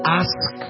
ask